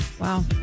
Wow